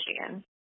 Michigan